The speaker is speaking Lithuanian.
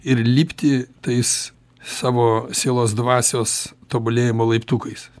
ir lipti tais savo sielos dvasios tobulėjimo laiptukais